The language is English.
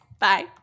bye